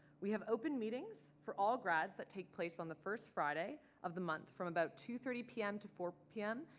we have open meetings for all grads that take place on the first friday of the month from about two thirty p m. to four zero p m.